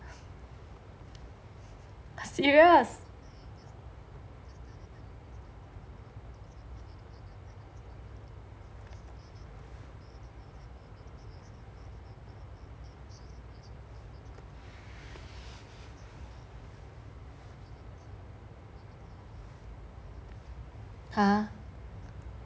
!huh!